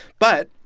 but,